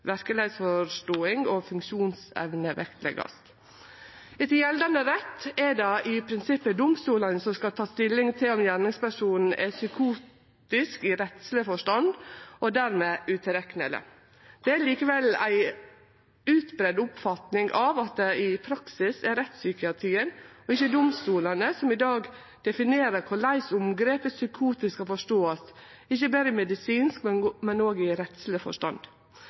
verkelegheitsforståing og funksjonsevne vektleggjast. Etter gjeldande rett er det i prinsippet domstolane som skal ta stilling til om gjerningspersonen er psykotisk i rettsleg forstand og dermed utilrekneleg. Det er likevel ei utbreidd oppfatning at det i praksis er rettspsykiatrien, og ikkje domstolane, som i dag definerer korleis omgrepet «psykotisk» skal forståast – ikkje berre i medisinsk, men òg i rettsleg forstand.